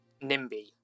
NIMBY